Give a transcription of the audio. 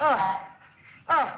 oh oh